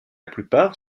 plupart